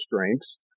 drinks